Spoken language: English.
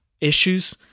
issues